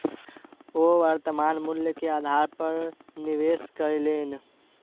ओ वर्त्तमान मूल्य के आधार पर निवेश कयलैन